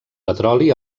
petroli